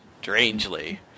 Strangely